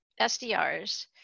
SDRs